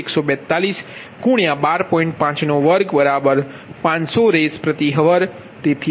52 500Rshr તેથી તમનેCPg12